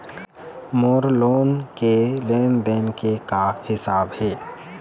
मोर loan के लेन देन के का हिसाब हे?